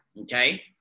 okay